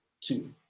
two